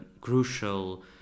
crucial